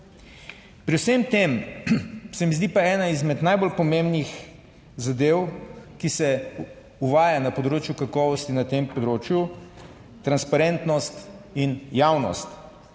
Pri vsem tem se mi zdi pa ena izmed najbolj pomembnih zadev, ki se uvaja na področju kakovosti na tem področju transparentnost in javnost.